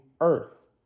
earth